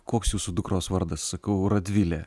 koks jūsų dukros vardas sakau radvilė